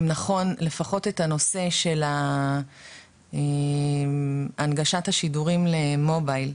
אם נכון לפחות את הנושא של הנגשת השידורים למובייל,